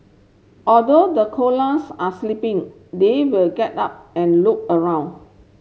although the koalas are sleeping they will get up and look around